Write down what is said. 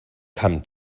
come